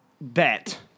bet